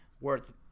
worth